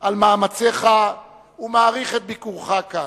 על מאמציך, ומעריך את ביקורך כאן.